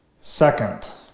Second